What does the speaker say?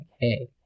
hey